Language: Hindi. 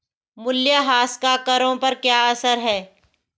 मूल्यह्रास का करों पर क्या असर है?